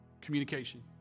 Communication